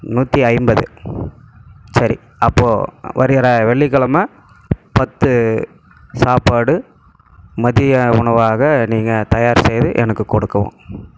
நூற்றி ஐம்பது சரி அப்போது வருகிற வெள்ளிக்கிழம பத்து சாப்பாடு மதிய உணவாக நீங்கள் தயார் செய்து எனக்கு கொடுக்கவும்